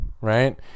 right